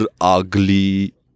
ugly